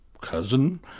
cousin